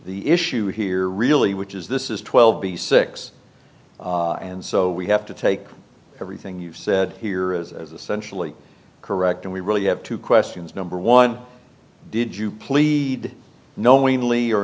the issue here really which is this is twelve b six and so we have to take everything you've said here is as essentially correct and we really have two questions number one did you plead knowingly or